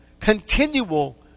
continual